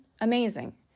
amazing